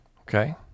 Okay